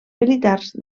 militars